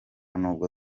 nubwo